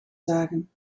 zagen